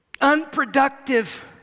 unproductive